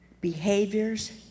behaviors